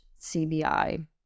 CBI